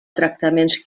tractaments